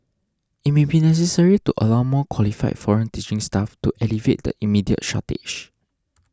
it may be necessary to allow more qualified foreign teaching staff to alleviate the immediate shortage